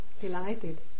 delighted